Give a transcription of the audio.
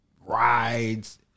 Rides